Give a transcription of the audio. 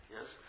Yes